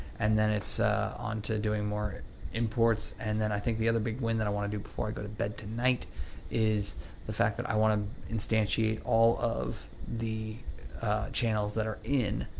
and then it's on to doing more imports. and then, i think the other big win that i wanna do before i go to bed tonight is the fact that i wanna instantiate, all of the channels that are in,